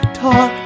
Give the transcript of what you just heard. talk